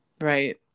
Right